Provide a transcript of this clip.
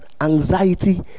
anxiety